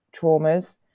traumas